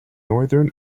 northern